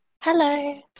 Hello